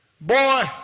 boy